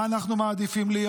מה אנחנו מעדיפים להיות?